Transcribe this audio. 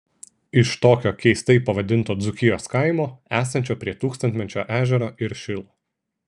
iš tokio keistai pavadinto dzūkijos kaimo esančio prie tūkstantmečio ežero ir šilo